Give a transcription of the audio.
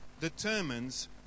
determines